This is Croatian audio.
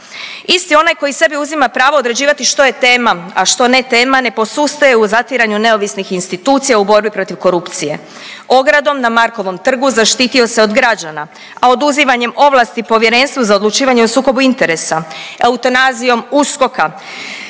Isti onaj koji sebi uzima pravo određivati što je tema, a što ne tema ne posustaje u zatiranju neovisnih institucija u borbi protiv korupcije. Ogradom na Markovom trgu zaštitio se od građana, a oduzimanjem ovlasti Povjerenstvu za odlučivanje o sukobu interesa, eutanazijom USKOK-a,